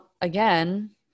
again